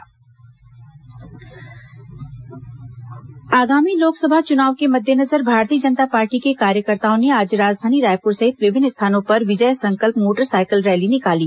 Bhajpa motorcycle rally आगामी लोकसभा चुनाव के मद्देनजर भारतीय जनता पार्टी के कार्यकर्ताओं ने आज राजधानी रायपुर सहित विभिन्न स्थानों पर विजय संकल्प मोटरसाइकिल रैली निकाली